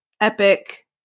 epic